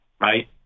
right